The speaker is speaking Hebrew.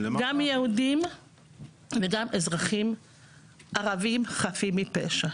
יהודים וגם אזרחים ערבים חפים מפשע.